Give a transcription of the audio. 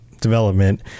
development